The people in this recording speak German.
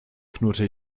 knurrte